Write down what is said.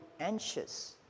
anxious